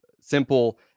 simple